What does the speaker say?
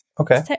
Okay